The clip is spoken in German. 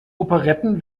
operetten